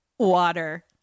water